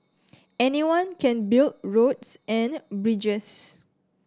anyone can build roads and bridges